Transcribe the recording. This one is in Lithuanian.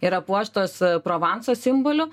yra puoštos provanso simboliu